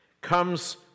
comes